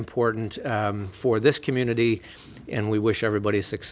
important for this community and we wish everybody s